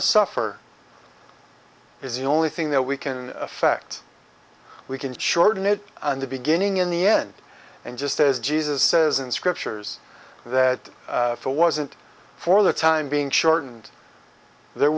to suffer is the only thing that we can effect we can shorten it in the beginning in the end and just as jesus says in scriptures that it wasn't for the time being shortened there